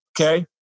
okay